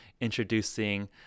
introducing